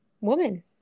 woman